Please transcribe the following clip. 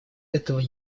этого